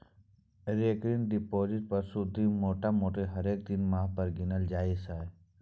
recurring deposit पर सुदि मोटामोटी हरेक तीन मास पर गिनल जाइ छै